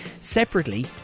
Separately